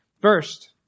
First